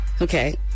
Okay